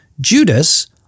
Judas